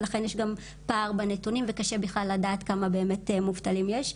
ולכן יש גם פער בנתונים וקשה בכלל לדעת כמה באמת מובטלים יש,